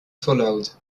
followed